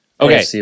Okay